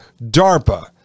darpa